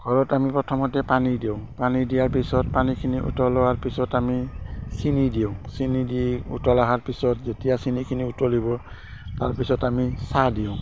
ঘৰত আমি প্ৰথমতে পানী দিওঁ পানী দিয়াৰ পিছত পানীখিনি উতলোৱাৰ পিছত আমি চেনি দিওঁ চেনি দি উতল অহাৰ পিছত যেতিয়া চেনিখিনি উতলিব তাৰ পিছত আমি চাহ দিওঁ